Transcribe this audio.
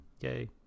Yay